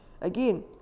Again